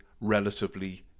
relatively